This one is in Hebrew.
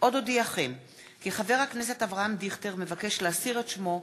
עאידה תומא סלימאן, דב חנין ועבדאללה אבו מערוף,